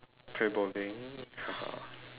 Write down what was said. play bowling